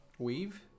Weave